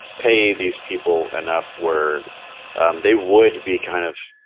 pay these people enough where they would be kind of